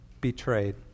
betrayed